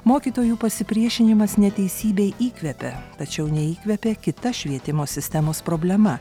mokytojų pasipriešinimas neteisybei įkvepia tačiau neįkvepia kita švietimo sistemos problema